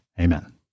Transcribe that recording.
Amen